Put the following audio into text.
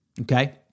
okay